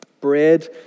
Bread